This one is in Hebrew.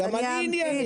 גם אני ענייני.